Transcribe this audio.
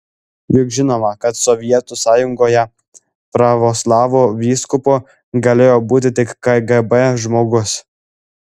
juk žinoma kad sovietų sąjungoje pravoslavų vyskupu galėjo būti tik kgb žmogus